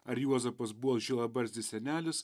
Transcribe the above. ar juozapas buvo žilabarzdis senelis